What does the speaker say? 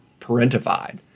parentified